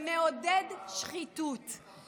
שמעודד שחיתות שלטונית.